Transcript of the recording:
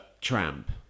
tramp